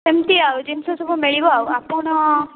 ସେମିତି ଆଉ ଜିନିଷ ସବୁ ମିଳିବ ଆଉ ଆପଣ